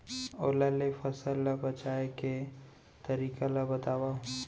ओला ले फसल ला बचाए के तरीका ला बतावव?